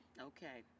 Okay